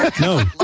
No